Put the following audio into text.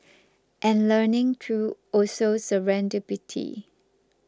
and learning through also serendipity